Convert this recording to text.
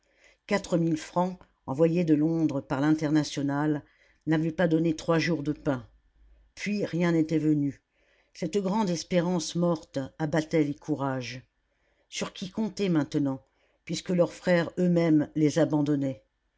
mille francs envoyés de londres par l'internationale n'avaient pas donné trois jours de pain puis rien n'était venu cette grande espérance morte abattait les courages sur qui compter maintenant puisque leurs frères eux-mêmes les abandonnaient